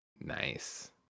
Nice